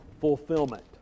fulfillment